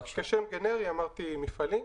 כשם גנרי אמרתי מפעלים.